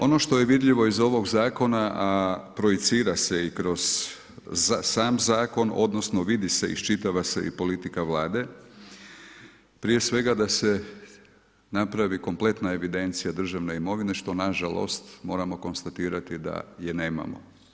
Ono što je vidljivo iz ovog zakona, a projicira se i kroz sam zakon odnosno vidi se iščitava se i politika Vlade, prije svega da se napravi kompletna evidencija državne imovine što nažalost moramo konstatirati da je nemamo.